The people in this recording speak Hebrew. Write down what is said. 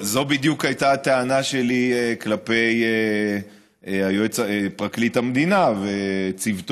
זו בדיוק הייתה הטענה שלי כלפי פרקליט המדינה וצוותו,